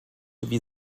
wie